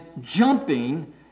jumping